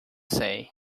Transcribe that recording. say